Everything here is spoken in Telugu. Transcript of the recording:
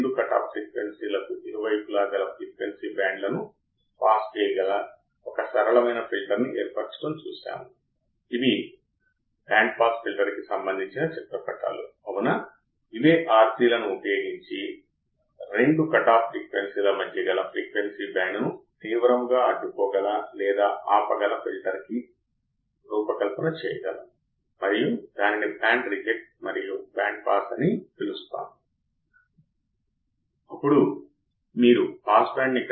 ఎందుకంటే అవకలనంలోని రెండు ట్రాన్సిస్టర్ను మనం బయాస్ చేయలేము ఆపరేషన్ యాంప్లిఫైయర్ యొక్క మొదటి దశ అవకలన దశలో రెండు ట్రాన్సిస్టర్లు ఉన్నాయి నేను ప్రస్తుతం బయాస్ చేయలేను ఎందుకంటే నేను సరిగ్గా బయాస్ చేయలేను నేను చూసేది రెండు ట్రాన్సిస్టర్ల యొక్క బేస్ టెర్మినల్ కొంత మొత్తంలో DC కరెంట్ను నిర్వహిస్తుంది మరియు ట్రాన్సిస్టర్ను నిర్వహిస్తున్న ఈ చిన్న DC కరెంట్ను Ib1 మరియు Ib2 చే సూచిస్తారు Ib1 మరియు Ib2 ఇది నా బయాస్ కరెంట్